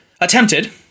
attempted